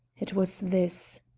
it was this